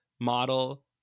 model